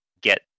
get